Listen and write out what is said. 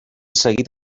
seguit